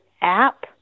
app